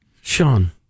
Sean